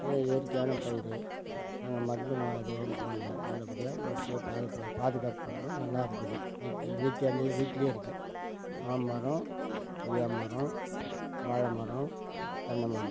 இயற்கையான பயிர் நாங்கள் மருந்து எதுவும் போடல நல்லபடியாக வெச்சு பாதுகாப்பு பண்ணுறோம் நல்லாயிருக்குது வீட்டில் வீட்டாண்ட வீட்லேயே இருக்குது மாமரம் கொய்யா மரம் வாழை மரம் தென்னை மரம்